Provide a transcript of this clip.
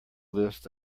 list